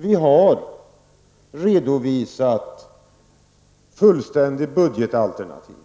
Vi har redovisat ett fullständigt budgetalternativ